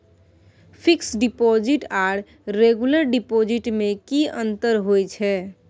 Fix deposit आर regular deposit में की अंतर होय छै?